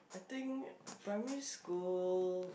I think primary school